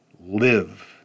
Live